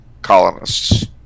colonists